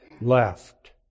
left